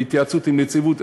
בהתייעצות עם הנציבות,